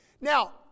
Now